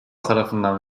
tarafından